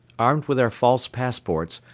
armed with our false passports,